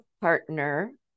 partner